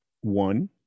One